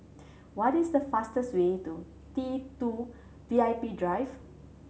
what is the fastest way to T Two V I P Drive